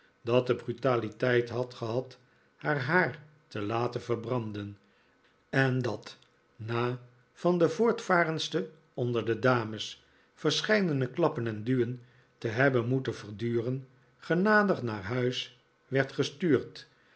dat de brutaliteit had gehad haar haar te laten verbranden en dat na van de voortvarendste onder de t dames verscheidene mappen en duwen te hebben moeten verduren genadig naar huis werd gestuurd